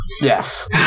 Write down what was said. Yes